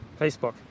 Facebook